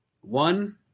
One